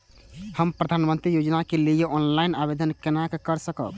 हम प्रधानमंत्री योजना के लिए ऑनलाइन आवेदन केना कर सकब?